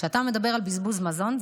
כשאתה מדבר על בזבוז מזון,